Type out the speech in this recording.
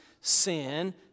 sin